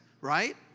right